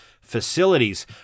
facilities